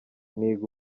niga